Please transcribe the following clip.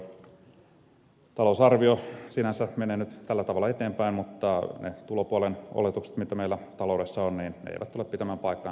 valitettavasti talousarvio sinänsä menee nyt tällä tavalla eteenpäin mutta ne tulopuolen oletukset mitä meillä taloudessa on eivät tule pitämään paikkaansa